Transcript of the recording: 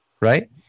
right